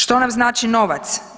Što nam znači novac?